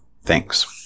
Thanks